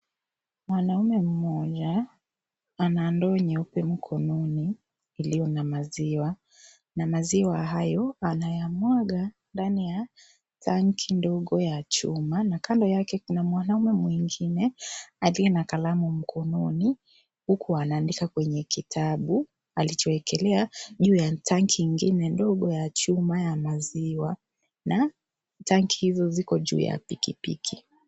Mwanaume mmoja ana ndoo nyeupe mkononi iliyo na maziwa na maziwa hayo anayamwaga ndani ya tanki ndogo ya chuma na kando yake kuna mwanaume mwingine aliye na kalamu mkononi huku anaandika kwenye kitabu alichiekelea juu ya tanki ingine ndogo ya chuma ya maziwa na tanki hizo ziko juu ya pikipiki.